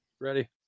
Ready